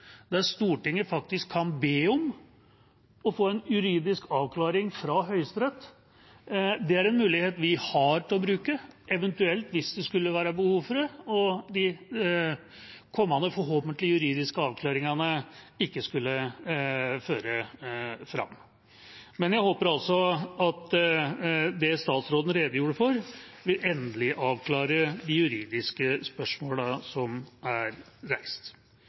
der Stortinget faktisk kan be om å få en juridisk avklaring fra Høyesterett. Det er en mulighet vi har å bruke, eventuelt hvis det skulle være behov for det og de kommende forhåpentligvis juridiske avklaringene ikke skulle føre fram. Men jeg håper altså at det statsråden redegjorde for, vil endelig avklare de juridiske spørsmålene som er reist.